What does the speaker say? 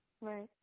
Right